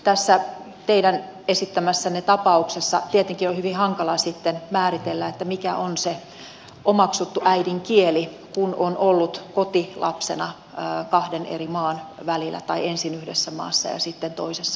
tässä teidän esittämässänne tapauksessa tietenkin on hyvin hankalaa sitten määritellä mikä on se omaksuttu äidinkieli kun on ollut koti lapsena kahden eri maan välillä tai ensin yhdessä maassa ja sitten toisessa maassa